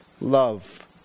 love